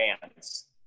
bands